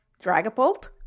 Dragapult